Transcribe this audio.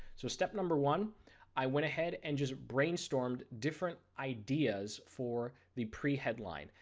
so step number one i went ahead and just brainstormed different ideas for the pre headline.